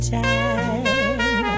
time